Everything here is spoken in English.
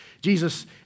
Jesus